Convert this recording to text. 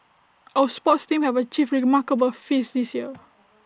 our sports teams have achieved remarkable feats this year